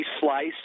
slice